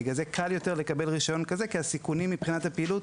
לכן קל יותר לקבל רישיון כזה כי הסיכונים מבחינת הפעילות